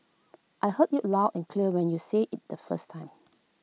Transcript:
I heard you loud and clear when you said IT the first time